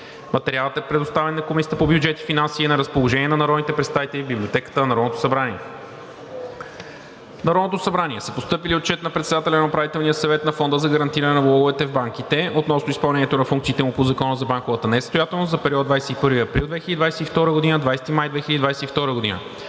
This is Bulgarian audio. Материалът е предоставен на Комисията по бюджет и финанси и е на разположение на народните представители в Библиотеката на Народното събрание. В Народното събрание са постъпили Отчет на председателя на Управителния съвет на Фонда за гарантиране на влоговете в банките относно изпълнението на функциите му по Закона за банковата несъстоятелност за периода 21 април 2022 г. – 20 май 2022 г.